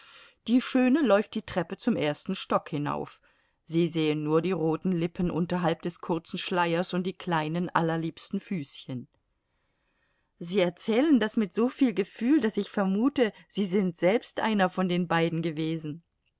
die schöne läuft die treppe zum ersten stock hinauf sie sehen nur die roten lippen unterhalb des kurzen schleiers und die kleinen allerliebsten füßchen sie erzählen das mit so viel gefühl daß ich vermute sie sind selbst einer von den beiden gewesen